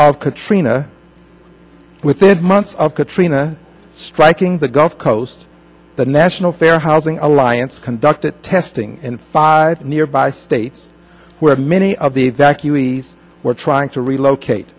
of katrina within months of katrina striking the gulf coast the national fair housing alliance conducted testing in five nearby states where many of the evacuees were trying to relocate